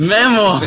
Memo